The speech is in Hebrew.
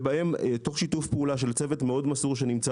תוך שיתוף פעולה של צוות מסור מאוד שנמצא